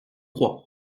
crois